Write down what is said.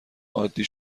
عادی